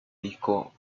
disco